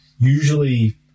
usually